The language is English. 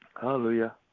Hallelujah